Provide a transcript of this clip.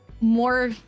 more